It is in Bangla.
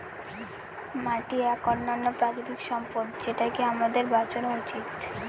মাটি এক অনন্য প্রাকৃতিক সম্পদ যেটাকে আমাদের বাঁচানো উচিত